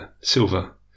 silver